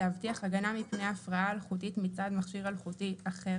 להבטיח הגנה מפני הפרעה אלחוטית מצד מכשיר אלחוטי אחר